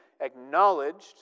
acknowledged